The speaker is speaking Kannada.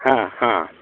ಹಾಂ ಹಾಂ